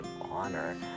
honor